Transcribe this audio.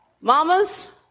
Mamas